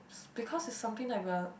because it's something that we're